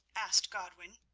asked godwin.